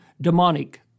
demonic